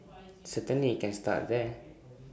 certainly IT can start there